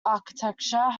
architecture